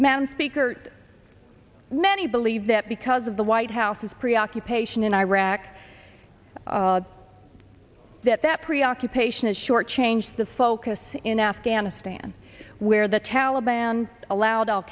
man speaker many believe that because of the white house's preoccupation in iraq that that preoccupation is short changed the focus in afghanistan where the taliban allowed al